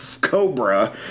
Cobra